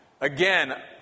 Again